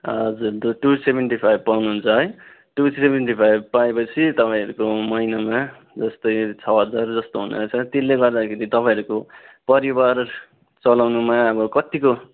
हजुर two seventy five पाउनु हुन्छ है टु सेभेन्टी फाइभ पाएपछि तपाईँहरूको महिनामा जस्तै छ हजार जस्तो हुनेरहेछ त्यसले गर्दाखेरि तपाईँहरूको परिवार चलाउनुमा अब कत्तिको